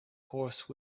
course